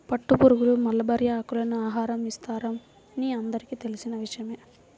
పట్టుపురుగులకు మల్బరీ ఆకులను ఆహారం ఇస్తారని అందరికీ తెలిసిన విషయమే